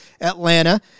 Atlanta